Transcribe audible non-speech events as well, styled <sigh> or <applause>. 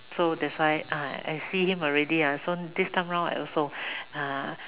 so that's why ah I see him already ah so this time round I also <noise>